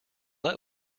let